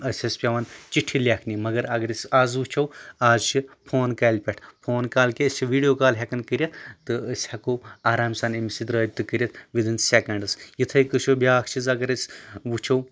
اَسہِ ٲسۍ پٮ۪وان چِٹھِ لٮ۪کھنہِ مگر اگر أسۍ آز وٕچھو آز چھِ فون کالہِ پٮ۪ٹھ فون کال کیاہ أسۍ چھِ ویٖڈیو کال ہٮ۪کَان کٔرِتھ تہٕ أسۍ ہٮ۪کو آرام سان أمِس سۭتۍ رٲبطہٕ کٔرِتھ وِدن سٮ۪کَنٛڈٕس یِتھٕے کٔنۍ چھُ بیٛاکھ چیٖز اگر أسۍ وٕچھو